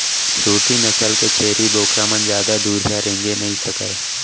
सूरती नसल के छेरी बोकरा मन जादा दुरिहा रेंगे नइ सकय